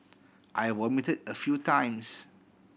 I vomited a few times